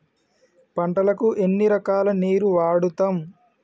పంటలకు ఎన్ని రకాల నీరు వాడుతం?